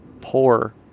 Poor